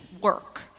work